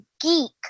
geek